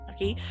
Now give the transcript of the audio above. Okay